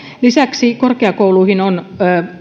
lisäksi korkeakouluihin on